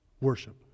worship